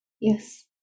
Yes